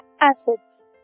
acids